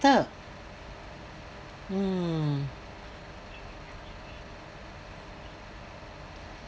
mm